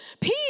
Peace